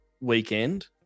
weekend